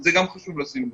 וזה גם חשוב לשים לב,